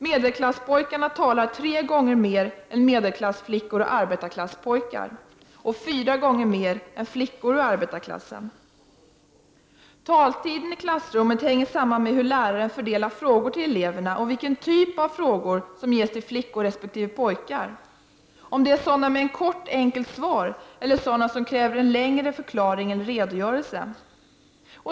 Medelklasspojkar talar tre gånger mer än medelklassflickor och arbetarklasspojkar och fyra gånger mer än arbetarklassflickor. Taletiden i klassrummet hänger samman med lärarens fördelning av frågor till eleverna och med vilken typ av frågor som ges till flickor resp. pojkar. Det kan vara frågor som kräver ett kort, enkelt svar eller frågor som kräver en längre förklaring eller redogörelse.